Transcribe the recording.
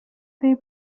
they